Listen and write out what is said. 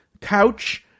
couch